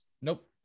Nope